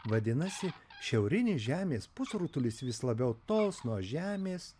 vadinasi šiaurinis žemės pusrutulis vis labiau tols nuo žemės